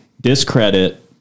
discredit